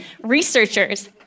researchers